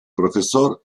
professor